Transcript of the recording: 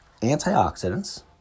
antioxidants